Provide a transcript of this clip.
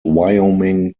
wyoming